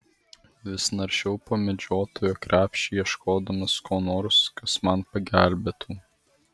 vis naršiau po medžiotojo krepšį ieškodamas ko nors kas man pagelbėtų